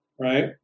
right